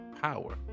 power